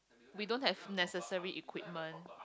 we don't have necessary equipment